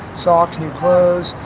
socks, new clothes.